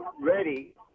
ready